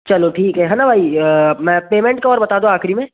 चलो ठीक है है ना भाई मैं पेमेंट का और बताता हूँ आख़िर में